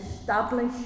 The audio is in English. establish